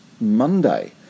Monday